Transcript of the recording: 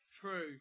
True